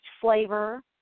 flavor